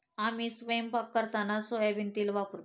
आम्ही स्वयंपाक करताना सोयाबीन तेल वापरतो